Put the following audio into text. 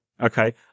Okay